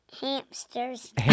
hamsters